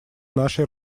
нашей